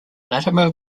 latimer